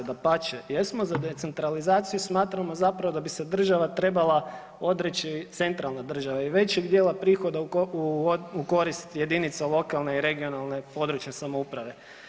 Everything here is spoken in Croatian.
Dapače, jesmo za decentralizaciju smatramo zapravo da bi se država trebala odreći, centralna država većeg dijela prihoda u korist jedinica lokalne i regionalne (područne) samouprave.